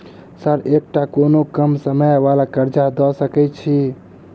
Sir एकटा कोनो कम समय वला कर्जा दऽ सकै छी?